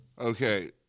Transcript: Okay